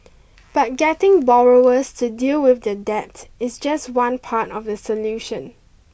but getting borrowers to deal with their debt is just one part of the solution